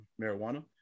marijuana